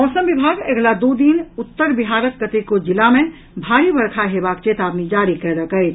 मौसम विभाग अगिला दू दिन उत्तर बिहारक कतेको जिला मे भारी वर्षा हेबाक चेतावनी जारी कयलक अछि